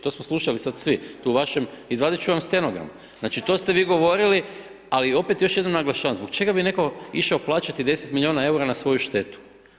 To smo slušali sada svi, tu u vašem, izvaditi ću vam stenogram, znači, to ste vi govorili, ali opet još jednom naglašavam, zbog čega bi netko išao plaćati 10 milijuna eura na svoju štetu.